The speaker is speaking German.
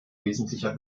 wesentlicher